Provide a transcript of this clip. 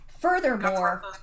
Furthermore